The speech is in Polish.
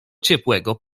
ciepłego